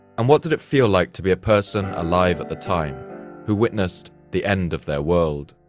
and what did it feel like to be a person alive at the time who witnessed the end of their world?